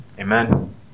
Amen